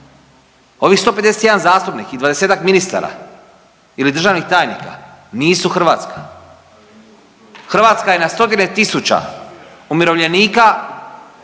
Ovih 151 zastupnik i 20-tak ministara ili državnih tajnika nisu Hrvatska. Hrvatska je na stotine tisuća umirovljenika